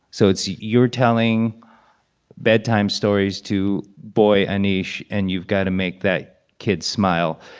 so it's you're telling bedtime stories to boy aneesh, and you've got to make that kid smile.